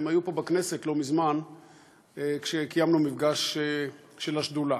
הם היו פה בכנסת לא מזמן כשקיימנו מפגש של השדולה.